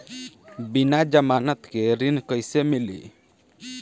बिना जमानत के ऋण कैसे मिली?